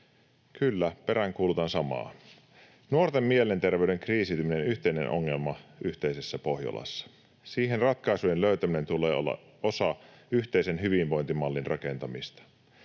Kyllä, peräänkuulutan samaa. Nuorten mielenterveyden kriisiytyminen on yhteinen ongelma yhteisessä Pohjolassa. Siihen ratkaisujen löytäminen tulee olla osa yhteisen hyvinvointimallin rakentamista.